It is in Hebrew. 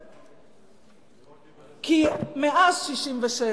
הוא רק דיבר, כי מאז 1967,